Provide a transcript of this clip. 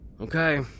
Okay